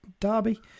derby